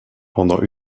pendant